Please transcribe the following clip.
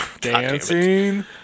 dancing